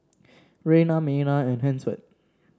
Rayna Maynard and Hansford